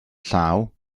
llaw